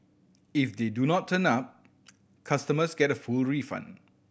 if they do not turn up customers get a full refund